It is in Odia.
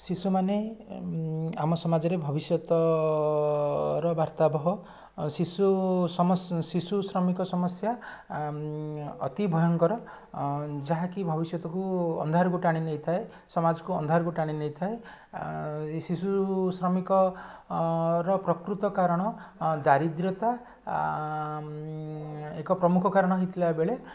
ଶିଶୁମାନେ ଆମ ସମାଜରେ ଭବିଷ୍ୟତର ବାର୍ତ୍ତାଵହ ଆଉ ଶିଶୁ ଶିଶୁ ଶ୍ରମିକ ସମସ୍ୟା ଅତି ଭୟଙ୍କର ଯାହା କି ଭବିଷ୍ୟତକୁ ଅନ୍ଧାରକୁ ଟାଣି ନେଇଥାଏ ସମାଜକୁ ଅନ୍ଧାରକୁ ଟାଣି ନେଇଥାଏ ଶିଶୁ ଶ୍ରମିକଙ୍କ ର ପ୍ରକୃତ କାରଣ ଦାରିଦ୍ର୍ୟତା ଏକ ପ୍ରମୁଖ କାରଣ ହେଇଥିଲା ବେଳେ